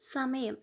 സമയം